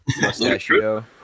mustachio